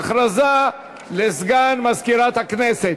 הודעה לסגן מזכירת הכנסת.